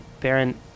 Baron